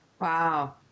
Wow